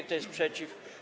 Kto jest przeciw?